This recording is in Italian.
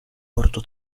bordo